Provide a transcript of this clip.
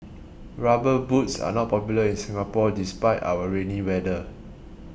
rubber boots are not popular in Singapore despite our rainy weather